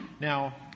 Now